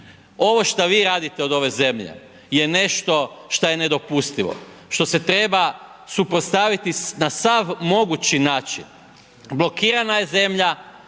Ovo šta vi radite od ove zemlje je nešto što je nedopustivo, što se treba suprotstaviti na sav mogući način, blokirana je zemlja